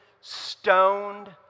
stoned